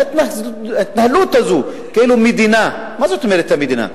וההתנהלות הזאת כאילו מדינה, מה זאת אומרת המדינה?